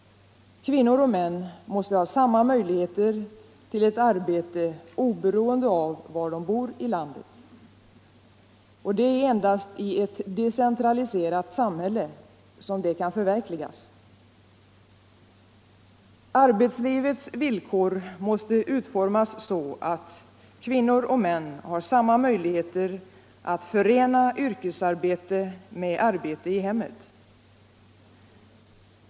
Kvinnor och män måste ha samma möjligheter till ett arbete oberoende av var de bor i landet. Det är endast i ett decentraliserat samhälle som detta kan förverkligas. Arbetslivets villkor måste utformas så, atl kvinnor och män har samma möjligheter att förena yrkesarbete med arbetet i hemmet.